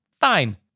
Fine